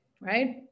right